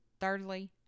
Thirdly